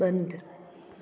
बंदि